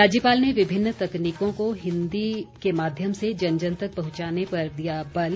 राज्यपाल ने विभिन्न तकनीकों को हिन्दी के माध्यम से जन जन तक पहंचाने पर दिया बल